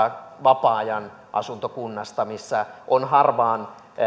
vapaa ajan asuntoja missä on harvaan